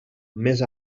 més